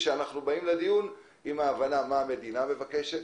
זאת אחרי שנבוא לדיון עם ההבנה מה המדינה מבקשת,